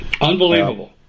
Unbelievable